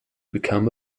become